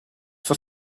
for